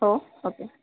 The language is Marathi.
हो ओके